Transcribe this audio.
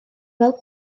weld